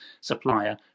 supplier